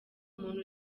umuntu